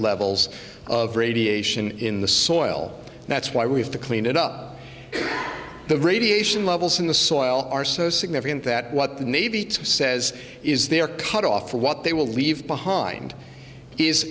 levels of radiation in the soil that's why we have to clean it up the radiation levels in the soil are so significant that what the navy says is they are cut off or what they will leave behind is